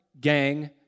Gang